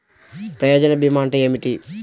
ప్రయోజన భీమా అంటే ఏమిటి?